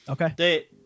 Okay